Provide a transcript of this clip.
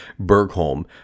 Bergholm